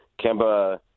Kemba